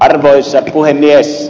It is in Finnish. arvoisa puhemies